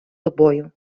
тобою